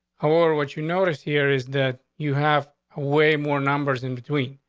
our what you notice here is that you have way more numbers in between.